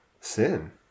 sin